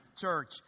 church